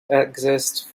exist